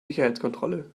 sicherheitskontrolle